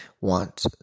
want